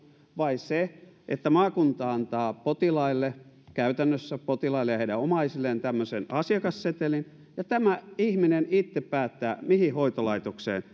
vai se että maakunta antaa potilaille käytännössä potilaille ja heidän omaisilleen tämmöisen asiakassetelin ja tämä ihminen itse päättää mihin hoitolaitokseen